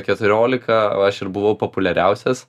keturiolika o aš ir buvau populiariausias